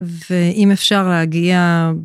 ואם אפשר להגיע...